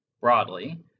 broadly